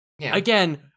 again